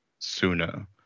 sooner